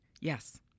Yes